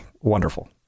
Wonderful